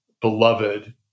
beloved